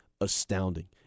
astounding